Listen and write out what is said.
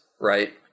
right